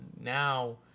now